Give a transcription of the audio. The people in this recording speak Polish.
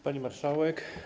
Pani Marszałek!